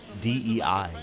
DEI